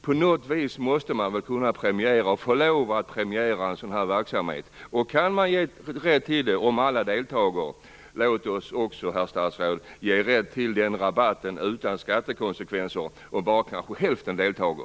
På något vis måste man väl få lov att premiera en sådan här verksamhet. Om vi kan ge rätt till rabatt om alla deltar, låt oss också ge rätt till den rabatten utan skattekonsekvenser om kanske bara hälften deltar.